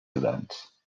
events